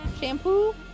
Shampoo